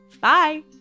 Bye